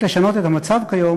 יש לשנות את המצב כיום,